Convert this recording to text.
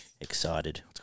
excited